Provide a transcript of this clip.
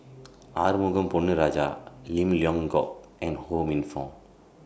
Arumugam Ponnu Rajah Lim Leong Geok and Ho Minfong